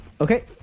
Okay